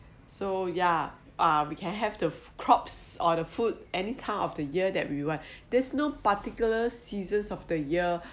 so yeah uh we can have the crops or the food any time of the year that we want there's no particular seasons of the year